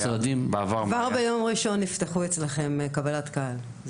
כבר ביום ראשון יפתחו אצלכם קבלת קהל.